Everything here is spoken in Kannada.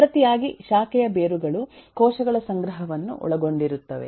ಪ್ರತಿಯಾಗಿ ಶಾಖೆಯ ಬೇರುಗಳು ಕೋಶಗಳ ಸಂಗ್ರಹವನ್ನು ಒಳಗೊಂಡಿರುತ್ತವೆ